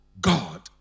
God